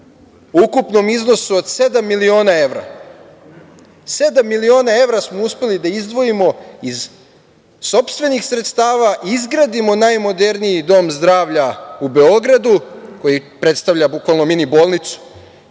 ukupnom iznosu od sedam miliona evra. Sedam miliona evra smo uspeli da izdvojimo iz sopstvenih sredstava, izgradimo najmoderniji dom zdravlja u Beogradu, koji predstavlja bukvalno mini bolnicu